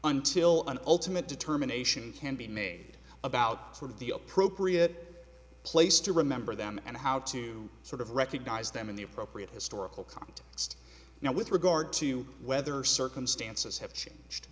until an ultimate determination can be made about sort of the appropriate place to remember them and how to sort of recognise them in the appropriate historical context now with regard to whether circumstances have changed